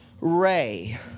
Ray